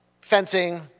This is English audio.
fencing